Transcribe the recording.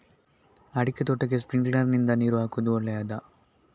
ಅಡಿಕೆ ತೋಟಕ್ಕೆ ಸ್ಪ್ರಿಂಕ್ಲರ್ ನಿಂದ ನೀರು ಹಾಕುವುದು ಒಳ್ಳೆಯದ?